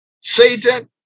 Satan